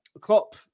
Klopp